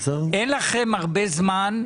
אין לכם הרבה זמן,